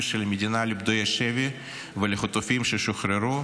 של המדינה לפדויי השבי ולחטופים ששוחררו,